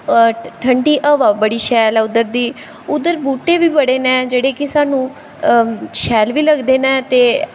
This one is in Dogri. ठंडी हवा बड़ी शैल ऐ उद्धर दी उद्धर बूह्टे बी बड़े न जेह्ड़े कि सानूं शैल बी लगदे न ते